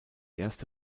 erste